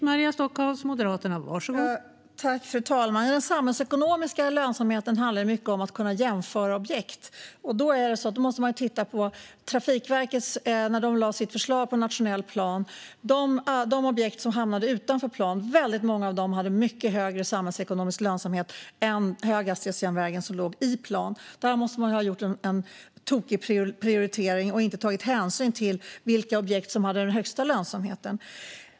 Fru talman! Den samhällsekonomiska lönsamheten handlar ju mycket om att kunna jämföra objekt, och då måste man titta på Trafikverkets förslag till nationell plan. Väldigt många av de objekt som hamnade utanför planen hade mycket större samhällsekonomisk lönsamhet än höghastighetsjärnvägen, som låg i planen. Där måste man alltså ha gjort en tokig prioritering och inte tagit hänsyn till vilka objekt som hade den största lönsamheten.